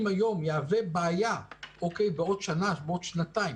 היום יהווה בעיה בעוד שנה או בעוד שנתיים?